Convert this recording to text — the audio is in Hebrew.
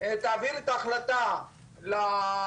קודם כל,